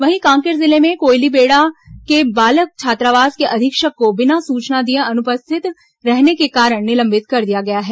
वहीं कांकेर जिले में कोयलीबेड़ा के बालक छात्रावास के अधीक्षक को बिना सूचना दिए अनुपस्थित रहने के कारण निलंबित कर दिया गया है